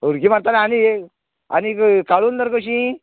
उडकी मारत आनी ये आनी काळुंदर कशी